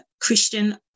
Christian